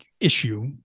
issue